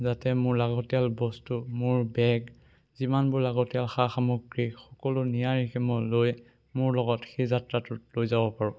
যাতে মোৰ লাগতিয়াল বস্তু মোৰ বেগ যিমানবোৰ লাগতিয়াল সা সামগ্ৰী সকলো নিয়াৰিকৈ মই লৈ মোৰ লগত সেই যাত্ৰাটোত লৈ যাব পাৰোঁ